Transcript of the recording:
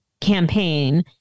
campaign